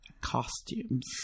costumes